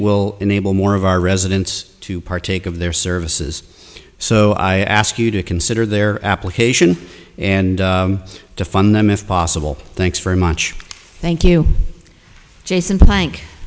will enable more of our residents to partake of their services so i ask you to consider their application and to fund them if possible thanks very much thank you jason thank